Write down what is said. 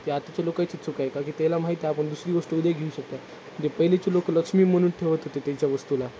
ते आता लोकच चुक आहे का की त्याला माहिती आपण दुसरी वस्तू उद्या घेऊ शकतो जे पहिलेची लोक लक्ष्मी म्हणून ठेवत होते त्याच्या वस्तूला